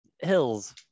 hills